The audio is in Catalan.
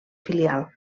filial